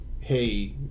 hey